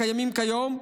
הקיימות כיום,